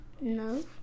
No